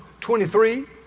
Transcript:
23